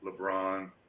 LeBron